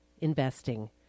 investing